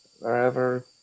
wherever